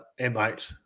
M8